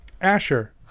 Asher